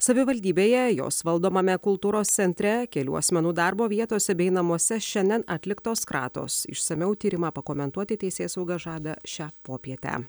savivaldybėje jos valdomame kultūros centre kelių asmenų darbo vietose bei namuose šiandien atliktos kratos išsamiau tyrimą pakomentuoti teisėsauga žada šią popietę